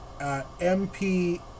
MP